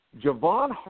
Javon